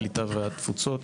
הקליטה והתפוצות.